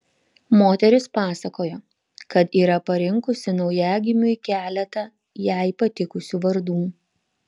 moteris pasakojo kad yra parinkusi naujagimiui keletą jai patikusių vardų